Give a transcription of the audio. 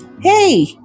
Hey